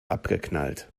abgeknallt